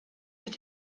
que